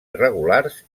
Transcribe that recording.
irregulars